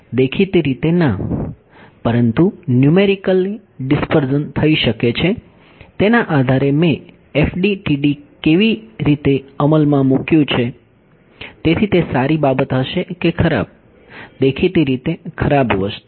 દેખીતી રીતે ના પરંતુ ન્યૂમેરિકલી ડિસપર્ઝન શકે છે તેના આધારે મેં FDTD કેવી રીતે અમલમાં મૂક્યું છે તેથી તે સારી બાબત હશે કે ખરાબ દેખીતી રીતે ખરાબ વસ્તુ